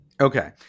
Okay